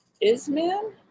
isman